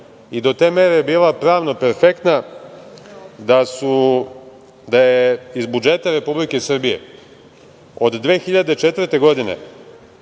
i do te mere je bila pravno perfektna da je iz budžeta Republike Srbije od 2004. godine